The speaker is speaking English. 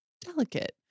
delicate